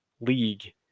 league